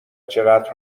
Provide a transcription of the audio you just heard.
چقدر